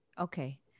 Okay